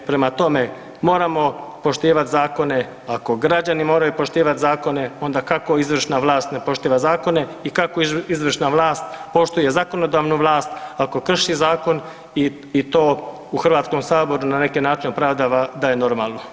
Prema tome moramo poštivati zakone, ako građani moraju poštivati zakone onda kako izvršna vlast ne poštiva zakone i kako izvršna vlast poštuje zakonodavnu vlast ako krši zakon i to u Hrvatskom saboru na neki način opravdava da je normalno.